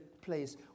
place